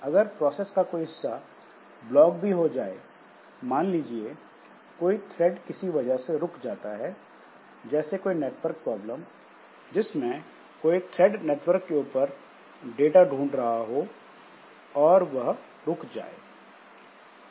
अगर प्रोसेस का कोई हिस्सा ब्लॉक भी हो जाए मान लीजिए कोई थ्रेड किसी वजह से रुक जाता है जैसे कोई नेटवर्क प्रॉब्लम जिसमें कोई थ्रेड नेटवर्क के ऊपर डाटा ढूंढ रहा है और वह रुक जाता है